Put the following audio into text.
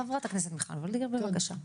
חבר הכנסת מיכל וולדיגר, בבקשה.